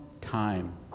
time